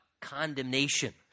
Condemnation